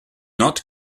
not